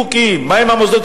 כן, גם זה.